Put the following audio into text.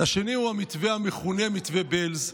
השני הוא המתווה המכונה "מתווה בעלז",